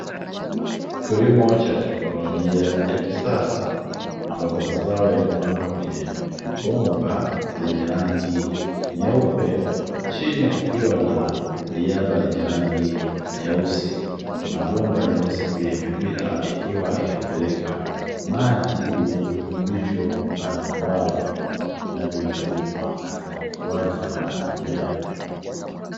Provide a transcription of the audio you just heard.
Kilimo cha teknolojia ya kisasa, ambapo mazao yamepandwa kwenye bomba zenye rangi nyeupe, chini kukiwa na diaba lenye rangi nyeusi. Kuna bomba nyeusi ikiwa imepita, ikiwa inapeleka maji yenye virutubisho mbalimbali vinavyohitajika wakati wa ukuaji wa mimea.